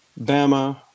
Bama